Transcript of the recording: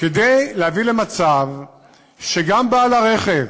כדי להביא למצב שגם בעל הרכב,